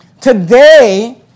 Today